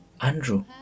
Andrew